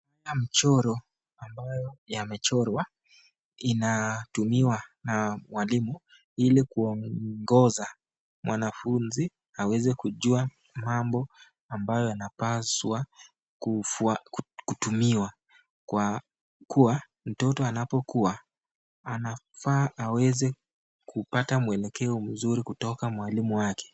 Tunaona michoro ambayo imachorwa, inatumiwa na walimu ili kuwaongoza mwanafunzi aweze kujua mamabo amabyo anapaswa kutumiwa kwa kuwa mtoto napokuwa anafaa apate mwelekeo mzuri kutoka mwalimu wake.